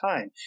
time